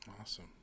Awesome